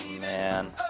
man